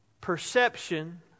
perception